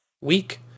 week